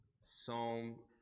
Psalm